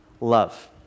love